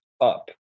up